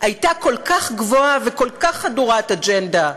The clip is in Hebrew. הייתה כל כך גבוהה, וכל כך חדורת אג'נדה,